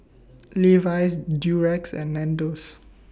Levi's Durex and Nandos